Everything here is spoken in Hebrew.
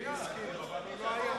מליאה.